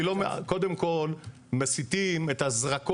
סליחה, סליחה, קודם כל מסיטים את הזרקור.